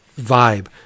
vibe